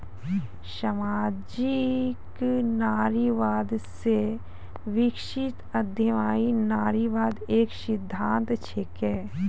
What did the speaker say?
सामाजिक नारीवाद से विकसित उद्यमी नारीवाद एक सिद्धांत छिकै